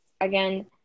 again